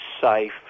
safe